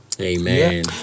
Amen